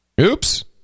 Oops